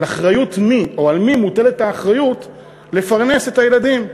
על מי מוטלת האחריות לפרנס את הילדים,